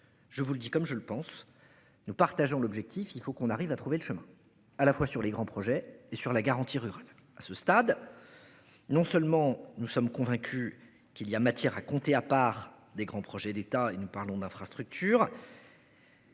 Je vous le dis comme je le pense, nous partageons l'objectif, il faut qu'on arrive à trouver le chemin, à la fois sur les grands projets et sur la garantie rural à ce stade. Non seulement nous sommes convaincus qu'il y a matière à compter, à part des grands projets d'état et nous parlons d'infrastructures.